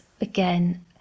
again